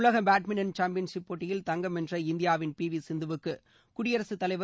உலக badminton champion போட்டியில் தங்கம் வென்ற இந்தியாவின் பி வி சிந்துவுக்கு குடியரசுத்தலைவர்